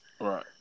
right